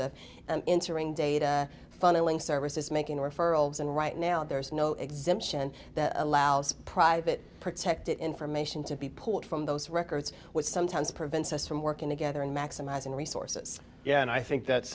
of an interim data funneling services making referrals and right now there is no exemption that allows private protected information to be pulled from those records which sometimes prevents us from working together in maximizing resources yeah and i think that's